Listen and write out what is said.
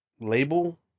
label